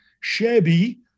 shabby